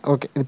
Okay